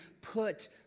put